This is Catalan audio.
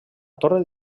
torre